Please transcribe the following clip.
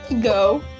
Go